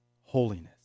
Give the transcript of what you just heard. holiness